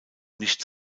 nichts